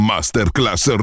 Masterclass